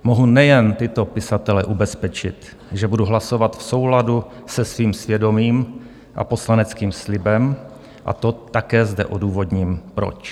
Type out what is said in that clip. Mohu nejen tyto pisatele ubezpečit, že budu hlasovat v souladu se svým svědomím a poslaneckým slibem, a to také zde odůvodním proč.